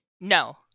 No